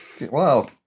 Wow